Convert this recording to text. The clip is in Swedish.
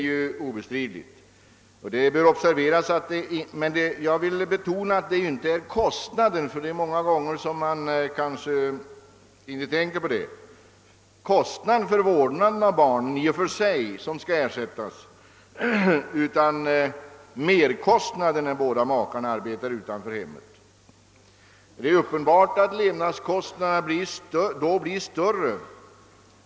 Jag vill betona att det inte är kostnaden för vårdnaden av barnen i och för sig som skall ersättas utan det gäller merkostnaden när båda makarna arbetar utanför hemmet. Det är uppenbart att levnadskostnaderna då blir större.